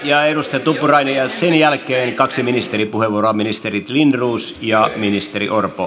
edustaja tuppurainen ja sen jälkeen kaksi ministeripuheenvuoroa ministeri lindroos ja ministeri orpo